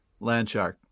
Landshark